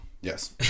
Yes